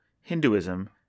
Hinduism